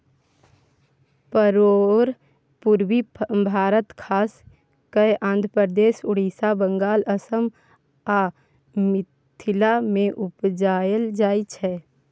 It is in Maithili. परोर पुर्वी भारत खास कय आंध्रप्रदेश, उड़ीसा, बंगाल, असम आ मिथिला मे उपजाएल जाइ छै